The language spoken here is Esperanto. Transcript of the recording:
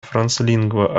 franclingva